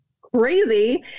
crazy